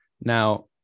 Now